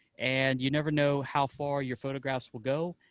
and you never know how far your photographs will go,